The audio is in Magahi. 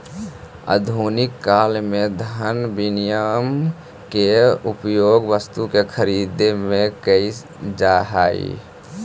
आधुनिक काल में धन विनिमय के उपयोग वस्तु के खरीदे में कईल जा हई